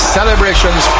celebrations